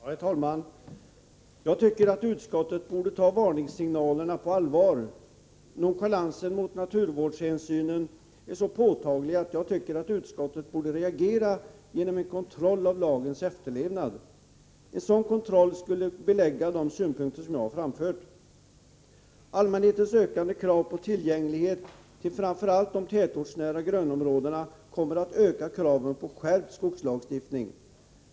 Herr talman! Jag tycker utskottet borde ta varningssignalerna på allvar. Nonchalansen mot naturvårdshänsynen är så påtaglig att jag tycker utskottet borde reagera genom att kontrollera lagens efterlevnad. En sådan kontroll skulle belägga de synpunkter som jag har framfört. Allmänhetens ökande krav på tillgänglighet till framför allt de tätortsnära grönområdena kommer att öka kraven på en skärpning av skogslagstiftningen.